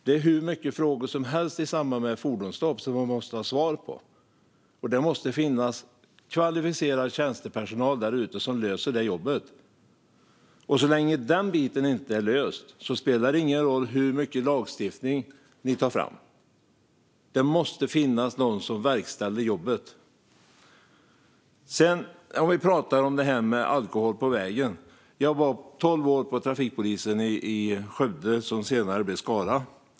Det är hur många frågor som helst i samband med fordonsstopp som man måste ha svar på, och då måste det finnas kvalificerad tjänstepersonal där ute som gör detta jobb. Så länge denna bit inte är löst spelar det ingen roll hur mycket lagstiftning ni tar fram. Det måste finnas någon som verkställer. Apropå alkohol på vägen var jag tolv år på trafikpolisen i Skövde, som senare blev Skara.